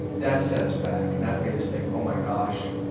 that set us back and that made us think, oh my gosh,